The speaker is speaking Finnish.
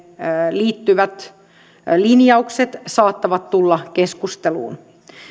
liittyvät linjaukset saattavat tulla keskusteluun